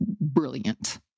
brilliant